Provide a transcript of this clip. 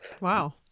wow